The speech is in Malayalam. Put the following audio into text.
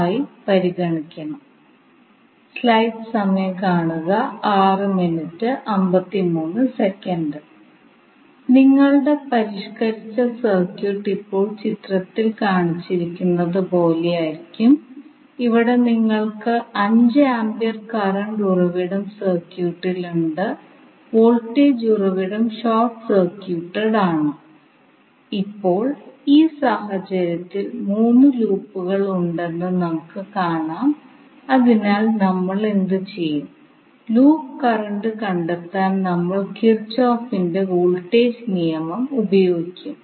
രേഖീയ സംഖ്യകൾക്ക് പകരം നമ്മൾ ഡിസി സർക്യൂട്ടിന്റെ കാര്യത്തിൽ ഉപയോഗിച്ചതു പോലെ ഇവിടെയുള്ള ഒരേയൊരു മാറ്റം എസി സർക്യൂട്ട് വിശകലനത്തിന് നമ്മൾ സങ്കീർണ്ണ സംഖ്യകൾ ഉപയോഗിക്കും